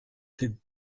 ses